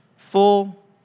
Full